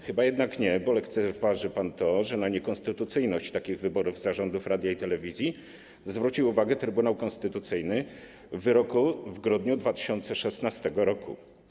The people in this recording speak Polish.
Chyba jednak nie, bo lekceważy pan to, że na niekonstytucyjność takich wyborów zarządów radia i telewizji zwrócił uwagę Trybunał Konstytucyjny w wyroku w grudniu 2016 r.